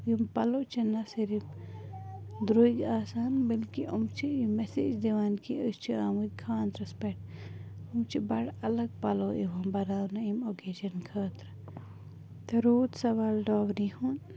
یِم پَلو چھِ نہِ صرف درٛۄگۍ آسان بلکہِ یِم چھِ یہِ مَسیج دِوان کہِ أسۍ چھِ آمٕتۍ خانٛرس پٮ۪ٹھ یِم چھِ بَڑٕ الگ پَلو یِوان بَناونہٕ امہِ اوٚکیجن خٲطرٕ تہٕ روٗد سَوال ڈاوری ہُنٛد